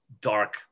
dark